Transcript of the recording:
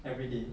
everyday